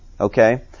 okay